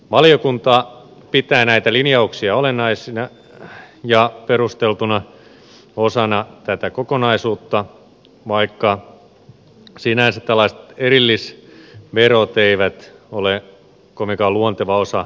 valiokunta pitää näitä linjauksia olennaisena ja perusteltuna osana tätä kokonaisuutta vaikka sinänsä tällaiset erillisverot eivät ole kovinkaan luonteva osa verojärjestelmää